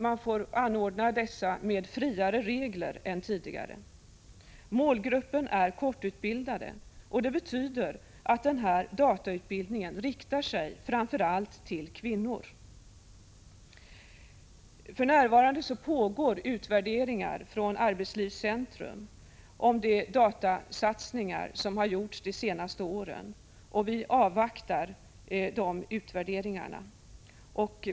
Reglerna för denna blir friare än tidigare. Målgruppen är kortutbildade. Det betyder att denna datautbildning riktar sig till framför allt kvinnor. För närvarande gör Arbetslivscentrum utvärderingar av de datasatsningar som gjorts de senaste åren. Vi avvaktar resultatet av dessa utvärderingar.